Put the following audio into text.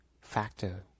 factor